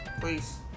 please